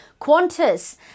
Qantas